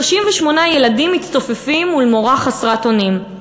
38 ילדים מצטופפים מול מורה חסרת אונים.